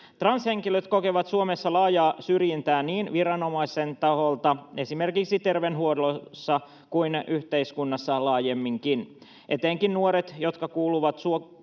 Transhenkilöt kokevat Suomessa laajaa syrjintää niin viranomaisten taholta — esimerkiksi terveydenhuollossa — kuin yhteiskunnassa laajemminkin. Etenkin nuoret, jotka kuuluvat